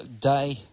day